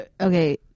Okay